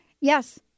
Yes